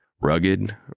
rugged